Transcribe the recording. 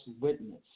witness